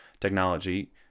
technology